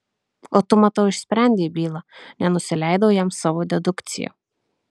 o tu matau išsprendei bylą nenusileidau jam savo dedukcija